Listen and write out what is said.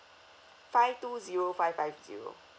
five two zero five five zero